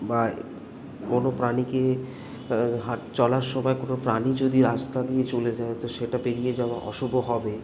বা কোনো প্রাণীকে হাঁটা চলার সময় কোনো প্রাণী যদি রাস্তা দিয়ে চলে যায় তো সেটা পেরিয়ে যাওয়া অশুভ হবে